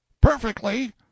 Perfectly